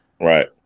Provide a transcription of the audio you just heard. Right